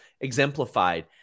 exemplified